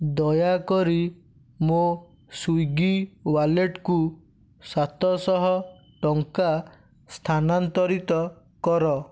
ଦୟାକରି ମୋ ସ୍ଵିଗି ୱାଲେଟକୁ ସାତଶହ ଟଙ୍କା ସ୍ଥାନାନ୍ତରିତ କର